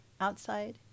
Outside